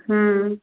ହଁ